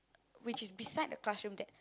which is beside the classroom that